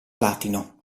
platino